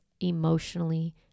emotionally